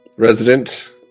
resident